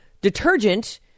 detergent